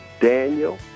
Daniel